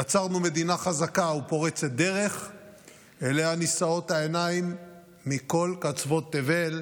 יצרנו מדינה חזקה ופורצת דרך שאליה נישאות העיניים מכל קצוות תבל.